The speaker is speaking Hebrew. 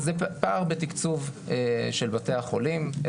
פער בתקצוב של בתי החולים.